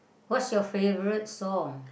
what's your favourite song